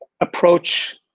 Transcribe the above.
approach